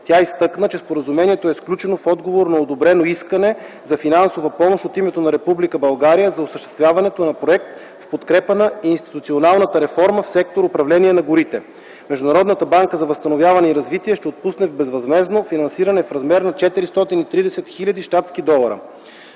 Тя изтъкна, че Споразумението е сключено в отговор на одобрено искане за финансова помощ от името на Република България за осъществяването на проект в подкрепа на институционалната реформа в сектор „Управление на горите”. Международната банка за възстановяване и развитие ще отпусне безвъзмездно финансиране в размер на 430 хил.